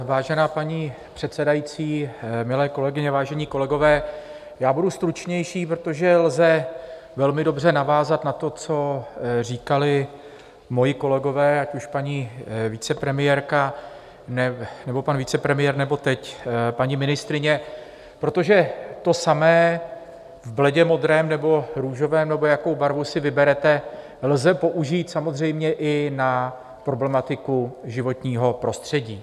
Vážená paní předsedající, milé kolegyně, vážení kolegové, budu stručnější, protože lze velmi dobře navázat na to, co říkali moji kolegové, ať už paní vicepremiérka, nebo pan vicepremiér nebo teď paní ministryně, protože to samé v bledě modrém nebo růžovém, nebo jakou barvu si vyberete, lze použít samozřejmě i na problematiku životního prostředí.